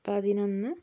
പതിനൊന്ന്